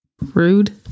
Rude